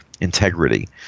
integrity